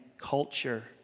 culture